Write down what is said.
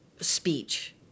speech